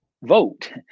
vote